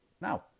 now